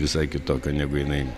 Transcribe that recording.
visai kitokio negu jinai